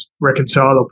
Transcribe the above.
reconcile